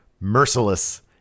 merciless